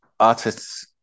artists